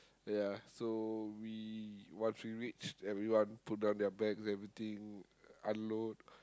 ya so we once we reach everyone put down their bags everything unload